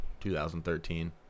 2013